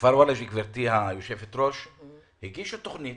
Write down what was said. בכפר ולג'ה, גברתי היושבת-ראש, הגישו תוכנית